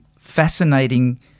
fascinating